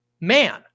man